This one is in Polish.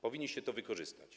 Powinniście to wykorzystać.